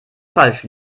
falsch